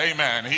Amen